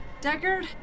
Deckard